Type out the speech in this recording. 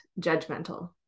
judgmental